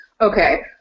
Okay